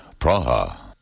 Praha